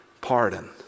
pardon